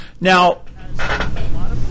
Now